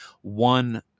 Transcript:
one